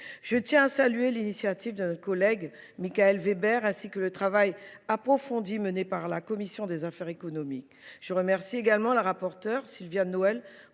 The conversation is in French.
Je tiens à saluer l’initiative de notre collègue Michaël Weber, ainsi que le travail approfondi mené par la commission des affaires économiques. Je remercie également Mme la rapporteure, Sylviane Noël,